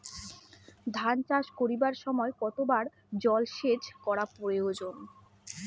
ধান চাষ করিবার সময় কতবার জলসেচ করা প্রয়োজন?